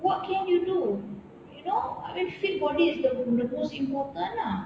what can you do you know I mean fit body is the the most important lah